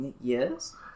Yes